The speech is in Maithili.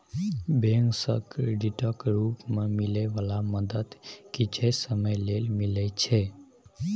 बैंक सँ क्रेडिटक रूप मे मिलै बला मदद किछे समय लेल मिलइ छै